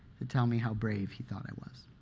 to tell me how brave he thought i was.